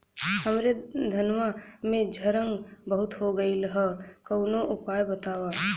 हमरे धनवा में झंरगा बहुत हो गईलह कवनो उपाय बतावा?